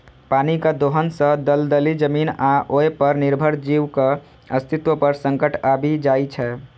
पानिक दोहन सं दलदली जमीन आ ओय पर निर्भर जीवक अस्तित्व पर संकट आबि जाइ छै